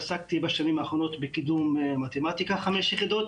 עסקתי בשנים האחרונות בקידום מתמטיקה חמש יחידות,